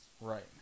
Right